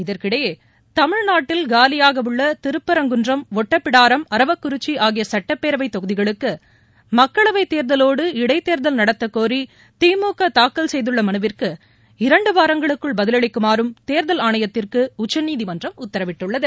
இதற்கிடையே தமிழ்நாட்டில் காலியாக உள்ள திருப்பரங்குன்றம் ஒட்டப்பிடாரம் அரவாக்குறிச்சி ஆகிய சுட்டப்பேரவைத் தொகுதிகளுக்கு மக்களவைத் தேர்தலோடு இடைத்தேர்தல் நடத்தக்கோரி திமுக தாக்கல் செய்துள்ள மனுவிற்கு மனுவிற்கு வாரங்களுக்குள் பதிலளிக்குமாறும் தேர்தல் ஆணையத்திற்கு உச்சநீதிமன்றம் உத்தரவிட்டுள்ளது